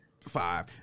five